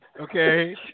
Okay